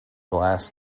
glass